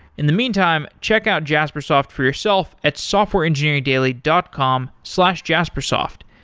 in the meantime, check out jaspersoft for yourself at softwareengineeringdaily dot com slash jaspersoft.